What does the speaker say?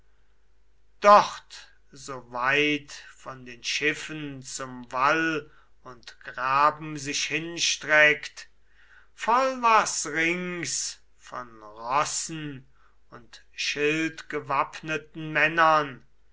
dort so weit von den schiffen zum wall und graben sich hinstreckt voll war's rings von rossen und schildgewappneten männern